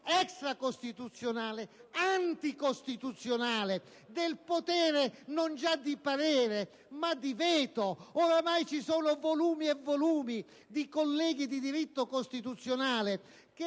extracostituzionale, anticostituzionale, del potere non già di parere ma di veto. Ormai ci sono volumi e volumi di colleghi di diritto costituzionale che